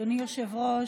אדוני היושב-ראש,